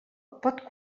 pot